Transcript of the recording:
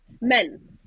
men